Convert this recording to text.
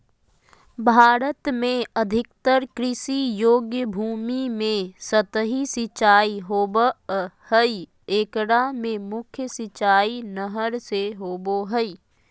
भारत में अधिकतर कृषि योग्य भूमि में सतही सिंचाई होवअ हई एकरा मे मुख्य सिंचाई नहर से होबो हई